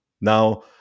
now